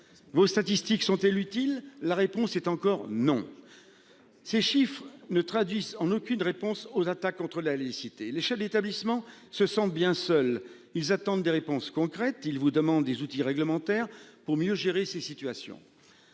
Vos statistiques sont-elles utiles. La réponse est encore non. Ces chiffres ne traduisent en aucune réponse aux attaques contre la laïcité, les chefs d'établissement se sentent bien seuls, ils attendent des réponses concrètes, ils vous demandent des outils réglementaires pour mieux gérer ces situations.